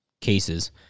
cases